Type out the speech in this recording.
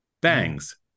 Bangs